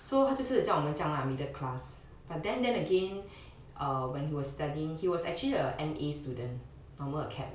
so 他就是像我们这样啦 middle class but then then again err when he was studying he was actually a N_A student normal acad